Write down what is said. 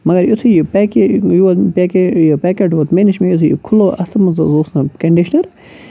مگر یُتھُے یہِ پیکے پیکے یہِ پیکٹ ووت مےٚ نِش مےٚ یُتھُے یہِ کھُلوو اَتھ منٛز حظ اوس نہٕ کَنڈِشنَر